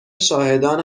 شاهدان